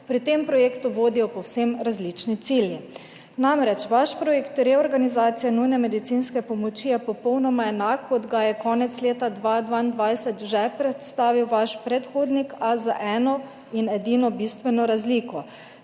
pri tem projektu vodijo povsem različni cilji. Namreč, vaš projekt reorganizacije nujne medicinske pomoči je popolnoma enak, kot ga je konec leta 2022 že predstavil vaš predhodnik, a z eno in edino bistveno razliko.